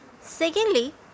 Secondly